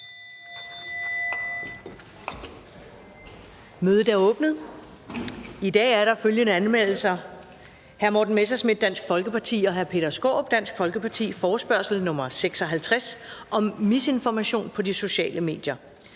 Mødet er åbnet. I dag er der følgende anmeldelser: Hr. Morten Messerschmidt (Dansk Folkeparti) og hr. Peter Skaarup (Dansk Folkeparti): Forespørgsel nr. F 56 (Vil regeringen oplyse,